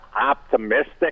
optimistic